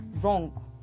wrong